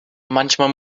manchmal